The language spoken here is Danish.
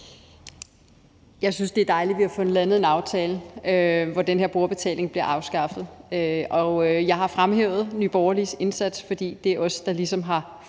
Jeg synes, det er dejligt, at vi har fået landet en aftale, hvor den her brugerbetaling bliver afskaffet, og jeg har fremhævet Nye Borgerliges indsats, fordi det er os, der ligesom